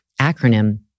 acronym